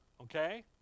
okay